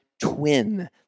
twin